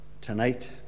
tonight